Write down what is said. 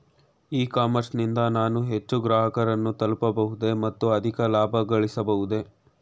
E commerce ನಿಂದ ನಾನು ಹೆಚ್ಚು ಗ್ರಾಹಕರನ್ನು ತಲುಪಬಹುದೇ ಮತ್ತು ಅಧಿಕ ಲಾಭಗಳಿಸಬಹುದೇ?